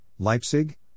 Leipzig